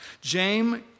James